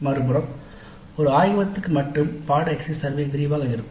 மறுபுறம் ஒரு ஆய்வகத்திற்கு மட்டும் பாடநெறி எக்ஸிட் சர்வே விரிவாக இருக்கும்